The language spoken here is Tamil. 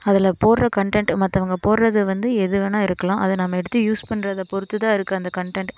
அதில் போடுகிற கண்டன்ட்டு மற்றவங்க போடுவது வந்து எது வேணால் இருக்கலாம் அதை நம்ம எடுத்து யூஸ் பண்றதை பொறுத்து தான் இருக்குது அந்த கண்டன்ட்